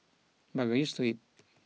but we are used to it